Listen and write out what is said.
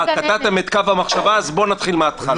קטעתם לי את קו המחשבה, אז בואו נתחיל מהתחלה.